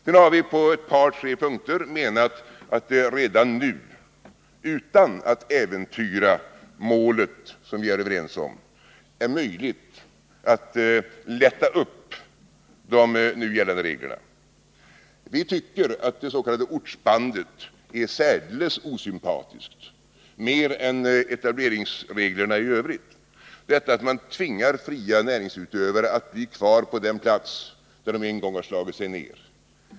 Sedan har vi på ett par tre punkter menat att det redan nu, utan att äventyra målet som vi är överens om, är möjligt att lätta upp de nu gällande reglerna. Vi tycker att det s.k. ortsbandet är särdeles osympatiskt, mer än etableringsreglerna i övrigt, därför att man tvingar fria näringsutövare att bli kvar på den plats där de en gång slagit sig ned.